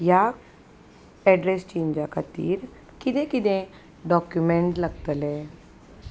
ह्या एड्रेस चेंजा खातीर किदें किदें डॉक्युमेंट लागतले